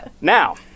Now